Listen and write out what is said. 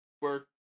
work